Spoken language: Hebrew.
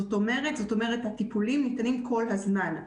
זאת אומרת הטיפולים ניתנים כל הזמן.